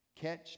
Catch